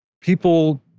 people